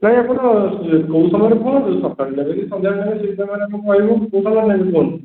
ନାଇଁ ଆପଣ ଇଏ କୋଉ ସମୟରେ କୁହନ୍ତୁ ସକାଳେ ନେବେ କି ସନ୍ଧ୍ୟା ବେଳେ ନେବେ ସେଇ ସମୟରେ ଆମେ କହିବୁ କୋଉ ସମୟରେ ନେବେ କୁହନ୍ତୁ